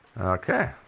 Okay